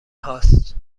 هاست